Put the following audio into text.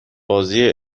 بازی